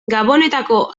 gabonetako